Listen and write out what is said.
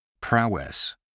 Prowess